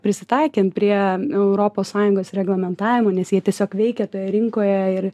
prisitaikant prie europos sąjungos reglamentavimo nes jie tiesiog veikia toje rinkoje ir